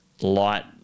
light